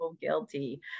guilty